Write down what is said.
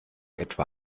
etwa